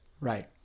right